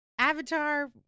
Avatar